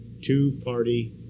two-party